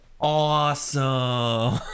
awesome